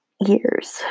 years